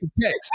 text